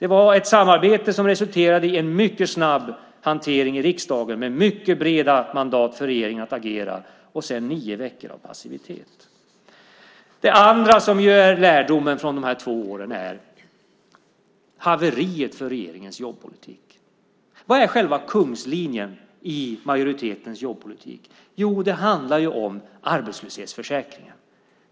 Det var ett samarbete som resulterade i en mycket snabb hantering i riksdagen med mycket breda mandat för regeringen att agera, och sedan nio veckor av passivitet. Det andra som är lärdomen från dessa två år är haveriet för regeringens jobbpolitik. Vad är själva kungslinjen i majoritetens jobbpolitik? Jo, det handlar om arbetslöshetsförsäkringen.